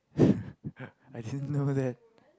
I didn't know that